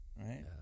right